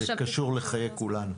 זה קשור לחיי כולנו.